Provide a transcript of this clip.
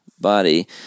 body